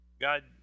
God